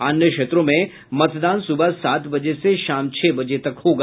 अन्य क्षेत्रों में मतदान सुबह सात बजे से शाम छह बजे तक होगा